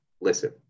listen